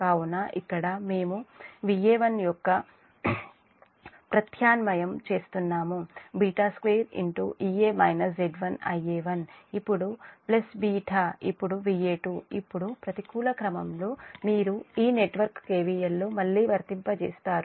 కాబట్టి ఇక్కడ మేము Va1 యొక్క Va1 బదులుగా ప్రతిక్షేపించు చేస్తున్నాము β2 ఇప్పుడు ప్లస్ β ఇప్పుడు Va2 ఇప్పుడు ప్రతికూల క్రమంలో మీరు ఈ నెట్వర్క్ KVL లో మళ్లీ వర్తింపజేస్తారు